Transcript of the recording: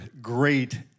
great